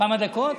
כמה דקות?